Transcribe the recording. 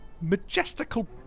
majestical